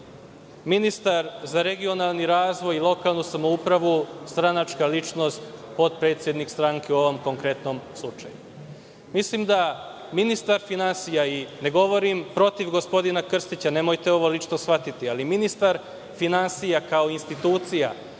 ministar za regionalni razvoj i lokalnu samoupravu stranačka ličnost, podpredsednik stranke, u ovom konkretnom slučaju? Mislim da ministar finansija i ne govorim protiv gospodina Krstića, nemojte ovo lično shvatiti, ali ministar finansija kao institucija